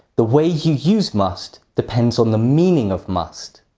the way you use must depends on the meaning of must.